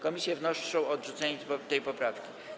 Komisje wnoszą o odrzucenie tej poprawki.